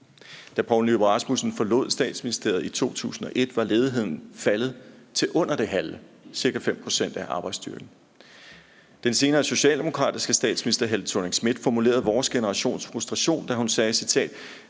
Da Poul Nyrup Rasmussen forlod Statsministeriet i 2001, var ledigheden faldet til under det halve: ca. 5 pct. af arbejdsstyrken. Den senere socialdemokratiske statsminister Helle Thorning Schmidt formulerede vores generations frustration, da hun sagde: »Da